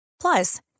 Plus